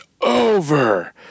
over